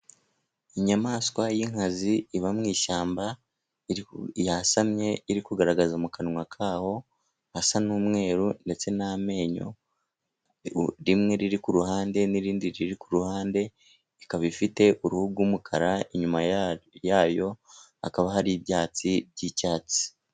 Inyamaswa y'inkazi iba mu ishyamba, yasamye iri kugaragaza mu kanwa kaho hasa n'umweru, ndetse n'amenyo rimwe riri ku ruhande, n'irindi riri ku ruhande. Ikaba ifite uruhu rw'umukara, inyuma yayo hakaba hari ibyatsi by'icyatsi.